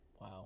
Wow